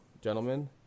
Gentlemen